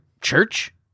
church